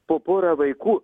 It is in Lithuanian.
po porą vaikų